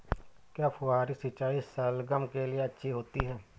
क्या फुहारी सिंचाई शलगम के लिए अच्छी होती है?